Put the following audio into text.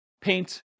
paint